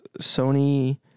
Sony